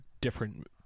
different